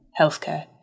healthcare